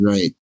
Right